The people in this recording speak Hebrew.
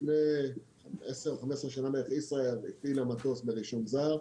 לפני 10 או 15 שנה בערך ישראייר הפעילה מטוס ברישום זר.